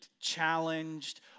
challenged